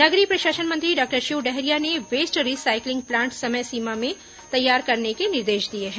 नगरीय प्रशासन मंत्री डॉक्टर शिव डहरिया ने वेस्ट रिसाइकलिंग प्लांट समय सीमा में तैयार करने के निर्देश दिए हैं